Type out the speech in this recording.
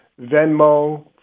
Venmo